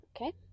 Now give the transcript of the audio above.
Okay